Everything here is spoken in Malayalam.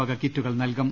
വക കിറ്റുകൾ നൽകും